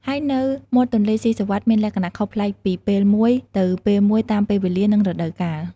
ហើយនៅមាត់ទន្លេសុីសុវត្ថិមានលក្ខណៈខុសប្លែកពីពេលមួយទៅពេលមួយតាមពេលវេលា និងរដូវកាល។